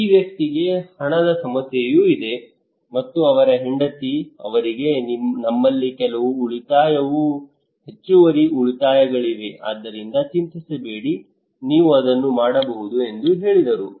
ಈ ವ್ಯಕ್ತಿಗೆ ಹಣದ ಸಮಸ್ಯೆಯೂ ಇದೆ ಮತ್ತು ಅವರ ಹೆಂಡತಿ ಅವರಿಗೆ ನಮ್ಮಲ್ಲಿ ಕೆಲವು ಉಳಿತಾಯ ಹೆಚ್ಚುವರಿ ಉಳಿತಾಯಗಳಿವೆ ಆದ್ದರಿಂದ ಚಿಂತಿಸಬೇಡಿ ನೀವು ಅದನ್ನು ಮಾಡಬಹುದು ಎಂದು ಹೇಳಿದರು